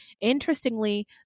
Interestingly